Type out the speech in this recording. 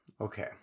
Okay